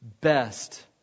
best